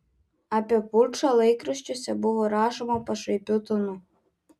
apie pučą laikraščiuose buvo rašoma pašaipiu tonu